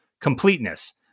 Completeness